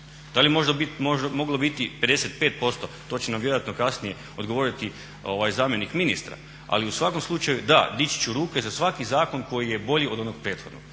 Da li bi moglo biti 55% to će nam vjerojatno kasnije odgovoriti zamjenik ministra, ali u svakom slučaju da dići ću ruke za svaki zakon koji je bolji od onog prethodnog.